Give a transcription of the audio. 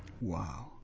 Wow